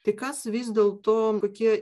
tai kas vis dėlto kokie